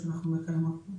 אנחנו מקיימות.